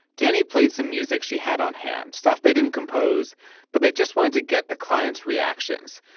danni played some music she had on hand stuff they didn't compose but they just wanted to get the client's reactions.